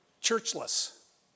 churchless